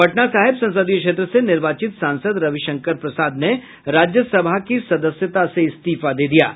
पटना साहिब संसदीय क्षेत्र से निर्वाचित सांसद रविशंकर प्रसाद ने राज्य सभा की सदस्यता से इस्तीफा दे दिया है